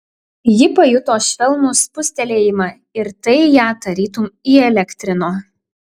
ji pajuto švelnų spustelėjimą ir tai ją tarytum įelektrino